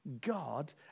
God